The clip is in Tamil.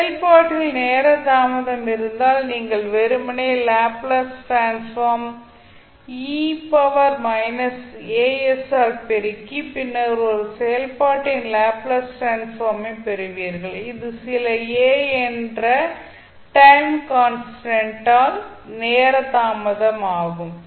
செயல்பாட்டில் நேர தாமதம் இருந்தால் நீங்கள் வெறுமனே லாப்ளேஸ் டிரான்ஸ்ஃபார்ம் ஆல் பெருக்கி பின்னர் ஒரு செயல்பாட்டின் லாப்ளேஸ் டிரான்ஸ்ஃபார்ம் ஐ பெறுவீர்கள் இது சில a என்ற டைம் கான்ஸ்டன்ட் ஆல் நேரம் தாமதமாகும்